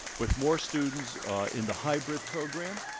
with more students in the hybrid program